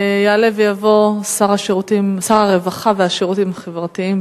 יעלה ויבוא שר הרווחה והשירותים החברתיים.